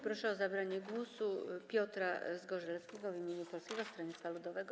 Proszę o zabranie głosu Piotra Zgorzelskiego w imieniu Polskiego Stronnictwa Ludowego.